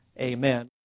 Amen